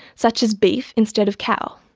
such as beef instead of cow.